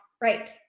right